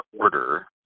order